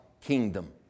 kingdom